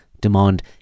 demand